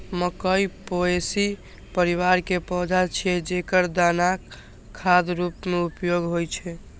मकइ पोएसी परिवार के पौधा छियै, जेकर दानाक खाद्य रूप मे उपयोग होइ छै